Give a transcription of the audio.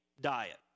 diet